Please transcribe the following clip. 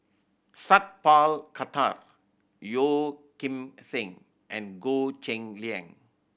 Sat Pal Khattar Yeo Kim Seng and Goh Cheng Liang